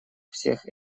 всех